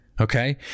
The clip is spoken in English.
okay